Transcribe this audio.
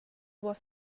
was